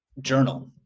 journal